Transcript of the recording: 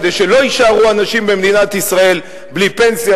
כדי שלא יישארו אנשים במדינת ישראל בלי פנסיה.